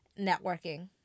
networking